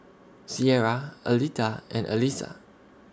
Cierra Aletha and Alisa